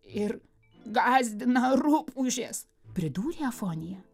ir gąsdina rupūžes pridūrė afonija